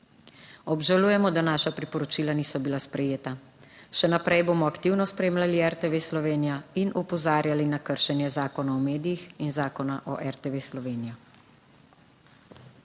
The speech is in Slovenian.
Obžalujemo, da naša priporočila niso bila sprejeta. Še naprej bomo aktivno spremljali RTV Slovenija in opozarjali na kršenje Zakona o medijih in Zakona o RTV Slovenija.